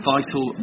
Vital